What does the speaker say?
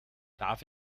darf